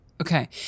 Okay